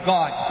God